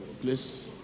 please